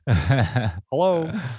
Hello